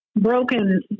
broken